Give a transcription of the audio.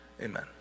Amen